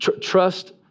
Trust